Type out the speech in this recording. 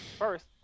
First